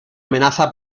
amenaza